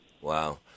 Wow